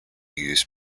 use